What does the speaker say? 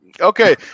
Okay